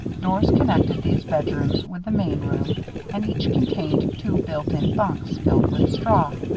doors connected these bedrooms with the main room and each contained two built-in bunks, filled with straw.